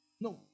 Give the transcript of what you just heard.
No